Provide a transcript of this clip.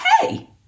hey